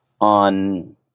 on